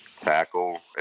Tackle